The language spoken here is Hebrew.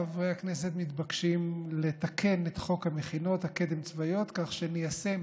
חברי הכנסת מתבקשים לתקן את חוק המכינות הקדם-צבאיות כך שניישם